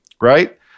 right